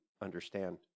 understand